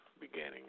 beginning